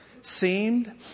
seemed